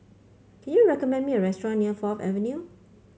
can you recommend me a restaurant near Fourth Avenue